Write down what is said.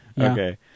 Okay